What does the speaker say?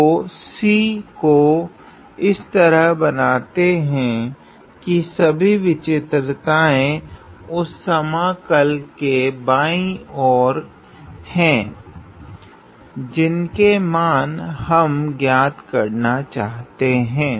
तो C को इस तरह बनाते है की सभी विचित्रताएँ उस समाकल के बाँयी ओर है जिसका मान हम ज्ञात करना चाहते हैं